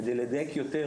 כדי לדייק יותר,